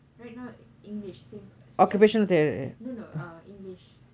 right now english same course no no english